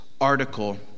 article